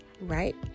right